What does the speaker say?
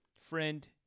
friend